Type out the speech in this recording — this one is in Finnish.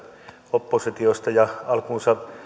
oppositiosta ja alkuunsa